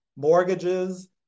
mortgages